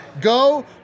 go